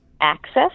access